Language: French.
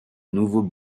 nouveau